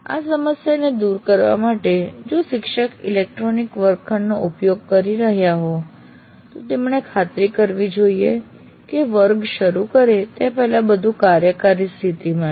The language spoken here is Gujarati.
આ સમસ્યાને દૂર કરવા માટે જો શિક્ષક ઇલેક્ટ્રોનિક વર્ગખંડનો ઉપયોગ કરી રહ્યા હો તો તેમણે ખાતરી કરવી જોઈએ કે વર્ગ શરૂ કરે તે પહેલાં બધું કાર્યકારી સ્થિતિમાં છે